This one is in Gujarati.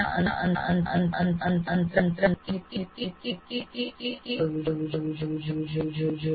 આપ એવું ના કહી શકો કે હું હમણાં સમજાવી રહ્યો છું